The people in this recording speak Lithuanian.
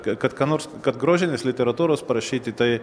kad ką nors kad grožinės literatūros parašyti tai